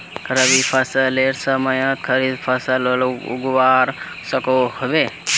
रवि फसलेर समयेत खरीफ फसल उगवार सकोहो होबे?